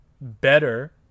better